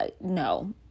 no